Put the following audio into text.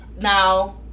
Now